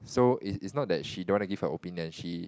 so is is not that she don't wanna give her opinion she